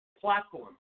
platform